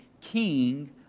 king